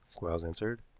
quarles answered.